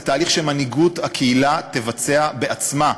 זה תהליך שמנהיגות הקהילה תבצע בעצמה.